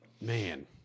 Man